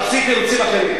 תחפשי תירוצים אחרים.